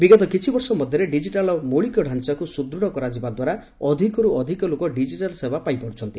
ବିଗତ କିଛି ବର୍ଷ ମଧ୍ୟରେ ଡିଜିଟାଲ୍ ମୌଳିକଢାଞ୍ଚାକୁ ସୁଦୃଢ଼ କରାଯିବା ଦ୍ୱାରା ଅଧିକରୁ ଅଧିକ ଲୋକ ଡିଜିଟାଲ୍ ସେବା ପାଇପାରୁଛନ୍ତି